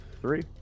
three